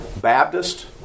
Baptist